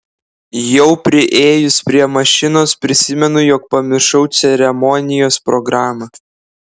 jau priėjus prie mašinos prisimenu jog pamiršau ceremonijos programą